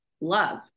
love